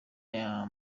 aya